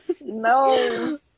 No